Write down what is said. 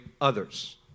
others